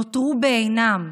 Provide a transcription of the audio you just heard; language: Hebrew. נותרו בעינם.